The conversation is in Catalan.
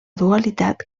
dualitat